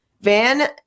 van